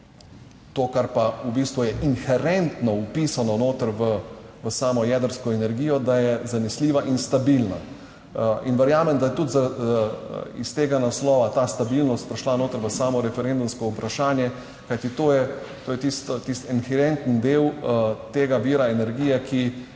v bistvu je inherentno vpisano noter v samo jedrsko energijo, da je zanesljiva in stabilna in verjamem, da je tudi iz tega naslova ta stabilnost prišla noter v samo referendumsko vprašanje, kajti to je, to je tisto, tisti inherenten del tega vira energije, ki